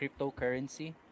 cryptocurrency